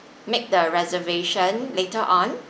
make the reservation later on